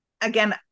again